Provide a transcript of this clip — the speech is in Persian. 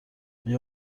آیا